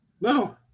No